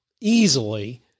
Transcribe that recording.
easily